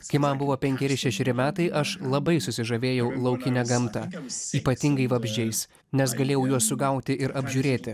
kai man buvo penkeri šešeri metai aš labai susižavėjau laukine gamta ypatingai vabzdžiais nes galėjau juos sugauti ir apžiūrėti